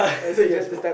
like I say it just mean